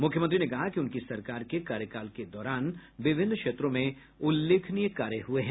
मुख्यमंत्री ने कहा कि उनकी सरकार के कार्यकाल के दौरान विभिन्न क्षेत्रों में उल्लेखनीय कार्य हुए हैं